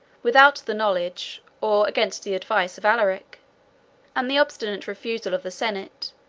without the knowledge, or against the advice, of alaric and the obstinate refusal of the senate,